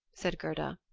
said gerda.